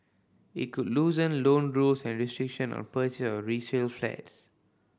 it could loosen loan rules and restriction on purchase of resale flats